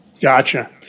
Gotcha